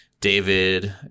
David